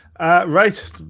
Right